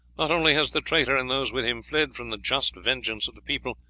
not only has the traitor and those with him fled from the just vengeance of the people,